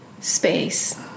space